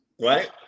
Right